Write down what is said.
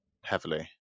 heavily